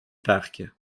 parc